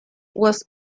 was